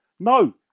No